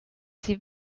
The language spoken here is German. sie